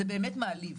זה באמת מעליב.